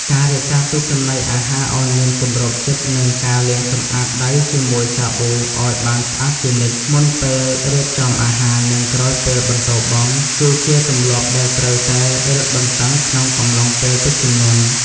ការរក្សាទុកចំណីអាហារឱ្យមានគម្របជិត និងការលាងសម្អាតដៃជាមួយសាប៊ូឱ្យបានស្អាតជានិច្ច មុនពេលរៀបចំអាហារ និងក្រោយពេលបន្ទោបង់ គឺជាទម្លាប់ដែលត្រូវតែរឹតបន្តឹងក្នុងកំឡុងពេលទឹកជំនន់។